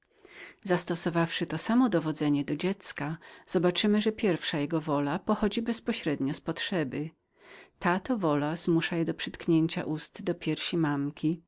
zastosowawszy to samo dowodzenie do dziecka zobaczymy że pierwsza jego wola pochodzi bezpośrednio z potrzeby ta to wola zmusza je do przytknięcia ust do piersi matki